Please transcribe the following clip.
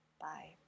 Bye